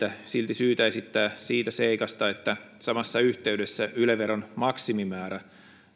silti syytä esittää siitä seikasta että samassa yhteydessä yle veron maksimimäärä